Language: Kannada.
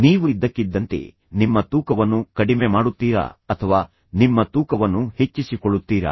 ನೀವು ಇದ್ದಕ್ಕಿದ್ದಂತೆ ನಿಮ್ಮ ತೂಕವನ್ನು ಕಡಿಮೆ ಮಾಡುತ್ತೀರಾ ಅಥವಾ ನಿಮ್ಮ ತೂಕವನ್ನು ಹೆಚ್ಚಿಸಿಕೊಳ್ಳುತ್ತೀರಾ